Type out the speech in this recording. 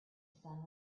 sun